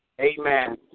Amen